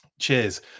cheers